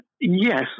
Yes